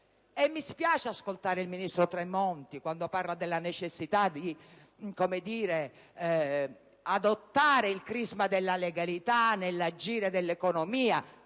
e mi spiace ascoltare il ministro Tremonti quando parla della necessità di adottare il crisma della legalità nell'agire dell'economia: